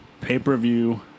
Pay-per-view